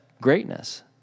greatness